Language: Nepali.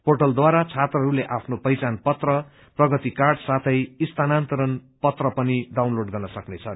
पोटल द्वारा छात्रहरूले आफ्नो पहिचान पत्र प्रगति काड साथै स्थानान्तरण पत्र पनि डाउनलोड गर्न सक्नेछन्